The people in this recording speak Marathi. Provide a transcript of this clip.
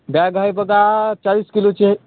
बॅग आहे बघा चाळीस किलोची आहे